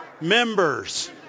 members